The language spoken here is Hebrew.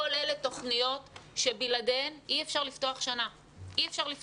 כל אלה תוכניות שבלעדיהן אי אפשר לפתוח שנת לימודים.